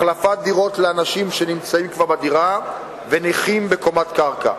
החלפת דירות לאנשים שנמצאים כבר בדירה ונכים בקומת קרקע.